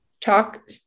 talk